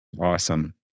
Awesome